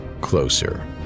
closer